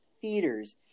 theaters